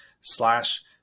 slash